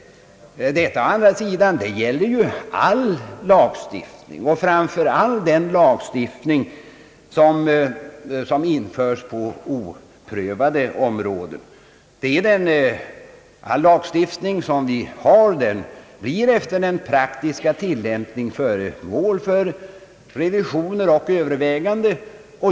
Detta gäller dock all lagstiftning och framför allt den lagstiftning som införs på oprövade områden. All lagstiftning blir efter den praktiska tillämpningen föremål för revisioner och överväganden.